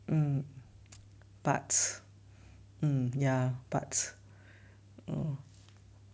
um but um ya but um